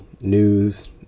News